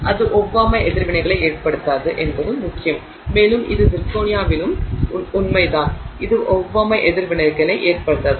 இது ஒவ்வாமை எதிர்விளைவுகளை ஏற்படுத்தாது என்பதும் முக்கியம் மேலும் இது சிர்கோனியாவிலும் உண்மைதான் இது ஒவ்வாமை எதிர்வினைகளை ஏற்படுத்தாது